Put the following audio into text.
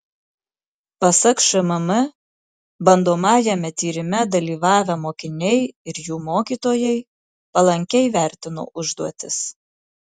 pasak šmm bandomajame tyrime dalyvavę mokiniai ir jų mokytojai palankiai vertino užduotis